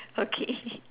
okay